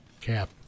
cap